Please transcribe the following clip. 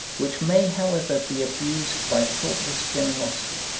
which may, however, be abused by thoughtless generosity.